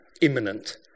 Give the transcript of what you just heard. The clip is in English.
imminent